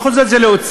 ובכל זאת זה לאוצר,